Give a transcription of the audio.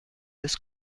des